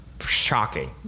shocking